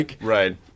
Right